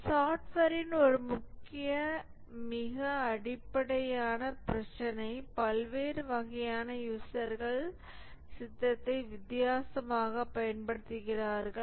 சாப்ட்வேரின் ஒரு மிக அடிப்படையான பிரச்சினை பல்வேறு வகையான யூசர்கள் சித்தத்தை வித்தியாசமாக பயன்படுத்துகிறார்கள்